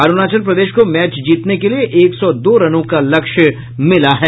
अरूणाचल प्रदेश को मैच जीतने के लिए एक सौ दो रनों का लक्ष्य मिला है